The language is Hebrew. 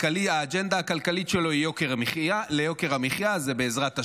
שהאג'נדה הכלכלית שלו ליוקר המחיה היא "בעזרת השם",